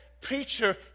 preacher